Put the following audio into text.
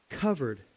covered